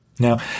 Now